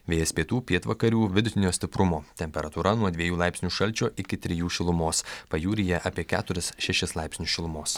vėjas pietų pietvakarių vidutinio stiprumo temperatūra nuo dviejų laipsnių šalčio iki trijų šilumos pajūryje apie keturis šešis laipsnius šilumos